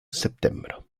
septembro